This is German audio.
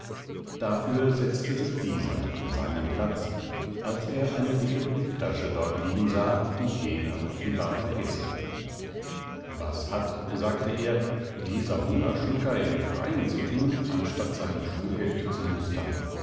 dafür setzte sich dieser an seinen platz als er eine dicke brieftasche dort liegen sah die jener offenbar vergessen was hat sagte er dieser hungerschlucker im freien zu tun anstatt seine schulhefte zu mustern